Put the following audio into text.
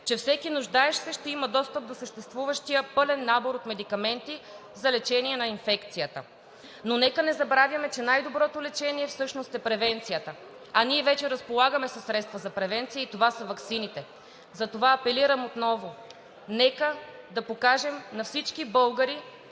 и всеки нуждаещ се ще има достъп до съществуващия пълен набор от медикаменти за лечение на инфекцията. Но нека не забравяме, че най-доброто лечение всъщност е превенцията, а ние вече разполагаме със средства за превенция и това са ваксините. Затова апелирам отново: нека да покажем на всички българи,